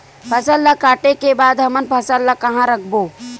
फसल ला काटे के बाद हमन फसल ल कहां रखबो?